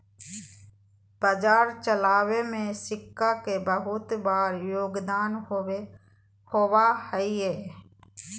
बाजार चलावे में सिक्का के बहुत बार योगदान होबा हई